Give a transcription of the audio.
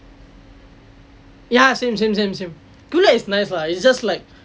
ya same same same same QLED is nice lah it's just like